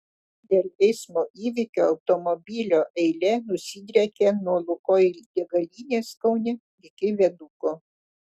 dėl eismo įvykio automobilio eilė nusidriekė nuo lukoil degalinės kaune iki viaduko